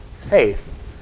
Faith